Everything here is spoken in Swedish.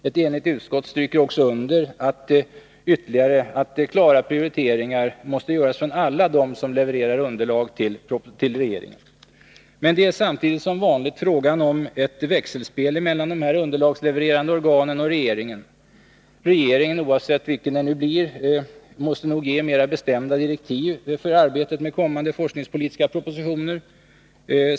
Ett enigt utskott stryker ytterligare under att klarare prioriteringar måste göras från alla dem som nu levererar underlag till regeringen. Men det är samtidigt, som vanligt, fråga om ett växelspel mellan underlagslevererande organ och regeringen. Regeringen, oavsett vilken det nu blir, måste nog ge mera bestämda direktiv för arbetet med kommande forskningspolitiska propositioner.